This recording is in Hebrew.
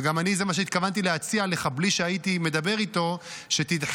וזה גם מה שאני התכוונתי להציע לך בלי שהייתי מדבר איתו - שתדחה